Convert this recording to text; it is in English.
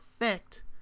effect